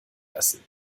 lassen